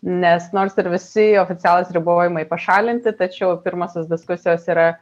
nes nors ir visi oficialūs ribojimai pašalinti tačiau pirmosios diskusijos yra